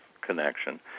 connection